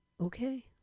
okay